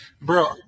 bro